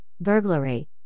burglary